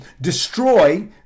destroy